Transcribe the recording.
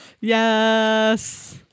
Yes